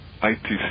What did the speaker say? ITC